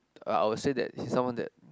I will say that is someone that